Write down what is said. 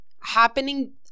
happening